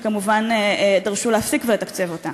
שכמובן דרשו להפסיק ולתקצב אותה.